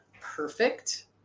perfect